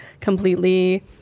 completely